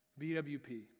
BWP